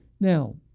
Now